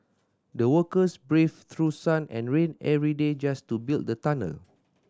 the workers braved through sun and rain every day just to build the tunnel